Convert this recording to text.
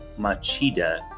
Machida